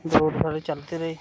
दो साल चलदी रेही